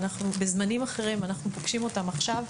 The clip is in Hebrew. אנחנו בזמנים אחרים ואנחנו פוגשים אותם עכשיו.